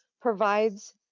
provides